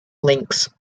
links